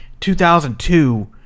2002